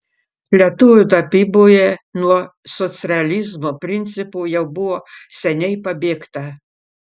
lietuvių tapyboje nuo socrealizmo principų jau buvo seniai pabėgta